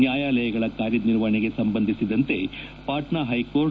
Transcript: ನ್ಯಾಯಾಲಯಗಳ ಕಾರ್ಯನಿರ್ವಹಣೆಗೆ ಸಂಬಂಧಿಸಿದಂತೆ ಪಾಟ್ನಾ ಹೈಕೋರ್ಚ್